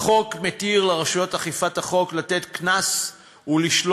החוק מתיר לרשויות אכיפת החוק לתת קנס ולשלול